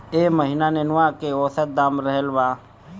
एह महीना नेनुआ के औसत दाम का रहल बा?